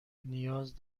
نیاز